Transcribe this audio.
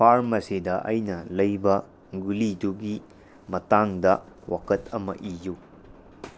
ꯐꯥꯔꯃꯥꯁꯤꯗ ꯑꯩꯅ ꯂꯩꯕ ꯒꯨꯂꯤꯗꯨꯒꯤ ꯃꯇꯥꯡꯗ ꯋꯥꯀꯠ ꯑꯃ ꯏꯌꯨ